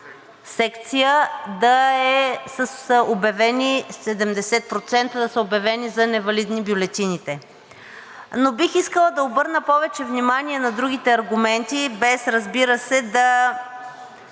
секция да е с обявени 70% невалидни бюлетини. Но бих искала да обърна повече внимание на другите аргументи, без, разбира се, да